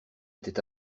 était